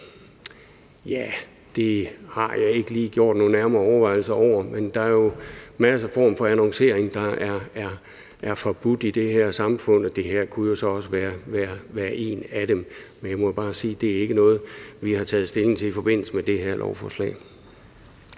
det har jeg ikke lige gjort mig nogen nærmere overvejelser over, men der er jo masser af former for annoncering, der er forbudt i det her samfund, og det her kunne så også være en af dem. Men jeg må bare sige, at det ikke er noget, vi har taget stilling til i forbindelse med det her lovforslag.